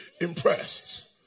impressed